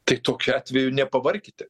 tai tokiu atveju nepavarkite